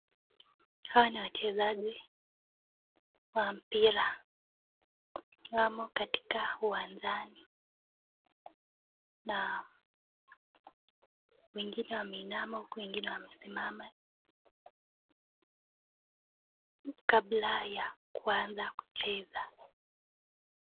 Hawa ni wachezaji wa mpira wamo katika uwanjani na mwingine ameinama huku mwingine amesimama kabla ya kuanza kucheza.